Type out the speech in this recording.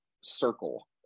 circle